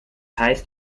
heißt